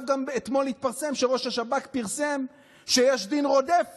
גם אתמול התפרסם שראש השב"כ פרסם שיש דין רודף